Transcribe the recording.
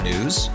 News